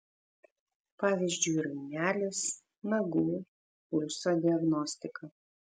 pavyzdžiui rainelės nagų pulso diagnostika